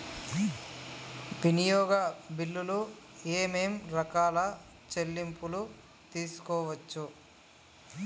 వినియోగ బిల్లులు ఏమేం రకాల చెల్లింపులు తీసుకోవచ్చు?